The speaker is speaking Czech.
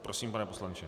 Prosím, pane poslanče.